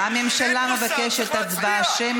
מה זה הדבר הזה?